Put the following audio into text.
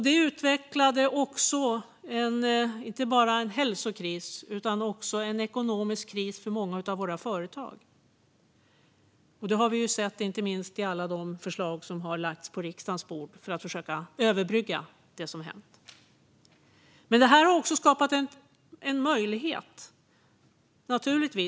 Den utvecklade inte bara en hälsokris utan också en ekonomisk kris för många av våra företag. Det har vi sett inte minst i alla de förslag som har lagts på riksdagens bord för att försöka överbrygga det som har hänt. Men detta har också skapat en möjlighet.